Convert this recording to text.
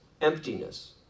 emptiness